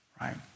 Right